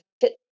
fit